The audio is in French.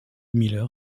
miller